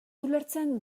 ulertzen